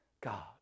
God